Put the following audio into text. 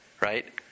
Right